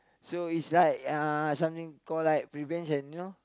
so it's like uh something called like prevention you know